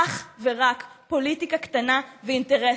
אך ורק פוליטיקה קטנה ואינטרסים.